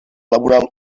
laboral